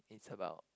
it's about